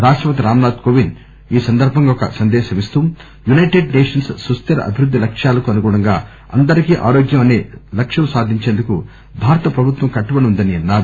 రాష్టపతి రామ్నాథ్ కోవింద్ ఈ సందర్బంగా ఒక సందేశమిస్తూ యుపైటెడ్ నేషన్స్ సుస్దిర అభివృద్ది లక్ష్యాలకు అనుగుణంగా అందరికీ ఆరోగ్యం అసే లక్ష్యం సాధించేందుకు భారత ప్రభుత్వం కట్టుబడి ఉందని అన్నారు